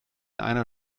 einer